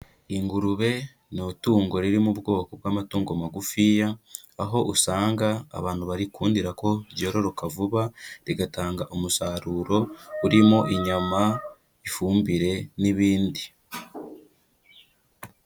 Ingurube ni itungo riri mu bwoko bw'amatungo magufiya, aho usanga abantu barikundira ko ryororoka vuba, rigatanga umusaruro urimo inyama, ifumbire, n'ibindi.